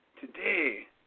today